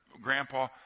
grandpa